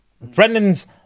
Brendan's